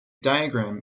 diagram